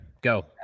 go